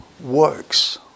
works